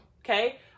okay